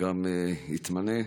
גם יתמנה.